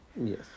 Yes